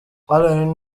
alain